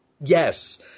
Yes